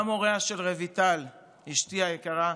גם הוריה של רויטל, אשתי היקרה,